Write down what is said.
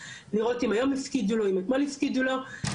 אנחנו פועלים לזה שגם שם תהיה התראה ברורה,